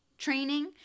training